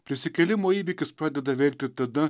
prisikėlimo įvykis pradeda veikti tada